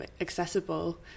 accessible